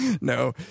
No